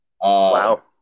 Wow